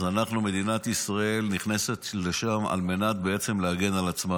מדינת ישראל נכנסת לשם על מנת להגן על עצמה.